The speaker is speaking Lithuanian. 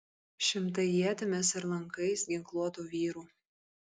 šimtai ietimis ir lankais ginkluotų vyrų